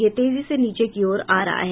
यह तेजी से नीचे की ओर आ रहा है